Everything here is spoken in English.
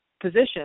position